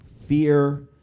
fear